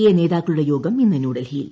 A നേതാക്കളുടെ യോഗം ക്ക് ഇസ്സ് ന്യൂഡൽഹിയിൽ